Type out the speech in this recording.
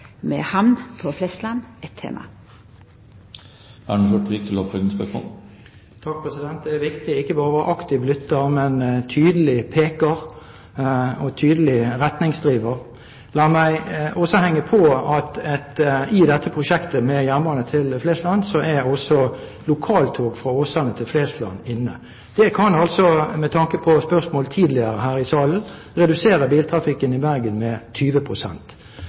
med Samferdselsdepartementet, var òg dette med hamn på Flesland eit tema. Det er viktig ikke bare å være en aktiv lytter, men også en tydelig peker og en tydelig retningsdriver. La meg henge på at i dette prosjektet med jernbane til Flesland er også lokaltog fra Åsane til Flesland inne. Det kan altså, med tanke på spørsmål tidligere her i salen, redusere biltrafikken i Bergen med